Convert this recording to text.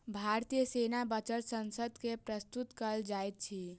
भारतीय सेना बजट संसद मे प्रस्तुत कयल जाइत अछि